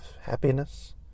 happiness